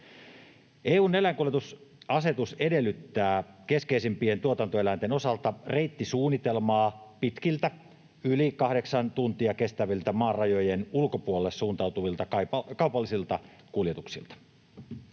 EU:n eläinkuljetusasetus edellyttää keskeisimpien tuotantoeläinten osalta reittisuunnitelmaa pitkiltä, yli kahdeksan tuntia kestäviltä maan rajojen ulkopuolelle suuntautuvilta kaupallisilta kuljetuksilta.